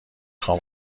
خوام